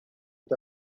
and